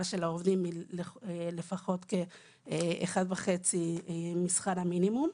של העובדים לפחות כ-1.5 משכר המינימום.